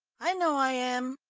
i know i am.